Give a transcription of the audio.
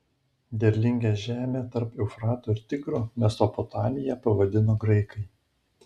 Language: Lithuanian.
derlingą žemę tarp eufrato ir tigro mesopotamija pavadino graikai